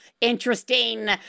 interesting